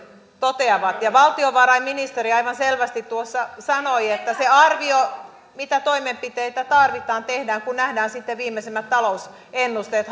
toteavat valtiovarainministeri aivan selvästi tuossa sanoi että se arvio mitä toimenpiteitä tarvitaan tehdään kun nähdään viimeisimmät talousennusteet